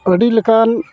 ᱟᱹᱰᱤᱞᱮᱠᱟᱱ